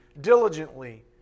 diligently